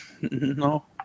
No